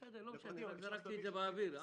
בסדר, לא משנה, זרקתי את זה באוויר.